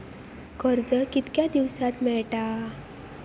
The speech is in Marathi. कर्ज कितक्या दिवसात मेळता?